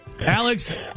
Alex